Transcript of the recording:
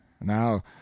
now